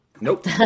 Nope